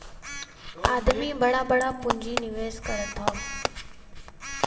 आदमी बड़ा बड़ा पुँजी निवेस करत हौ